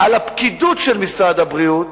על הפקידות של משרד הבריאות